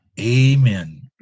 amen